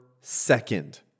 second